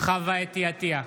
חוה אתי עטייה,